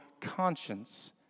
conscience